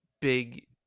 big